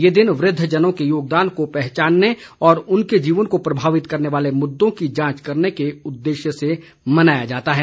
ये दिन वृद्धजनों के योगदान को पहचानने और उनके जीवन को प्रभावित करने वाले मुद्दों की जांच करने के उद्देश्य से मनाया जाता है